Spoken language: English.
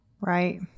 Right